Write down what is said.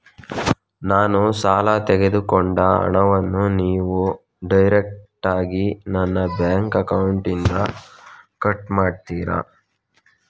ನಾನು ಸಾಲ ತೆಗೆದುಕೊಂಡ ಹಣವನ್ನು ನೀವು ಡೈರೆಕ್ಟಾಗಿ ನನ್ನ ಬ್ಯಾಂಕ್ ಅಕೌಂಟ್ ಇಂದ ಕಟ್ ಮಾಡ್ತೀರಾ?